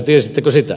tiesittekö sitä